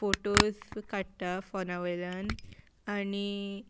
photos काडटा फोना वयल्यान आनी